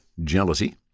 jealousy